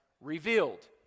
revealed